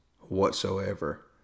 whatsoever